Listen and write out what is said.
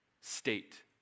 state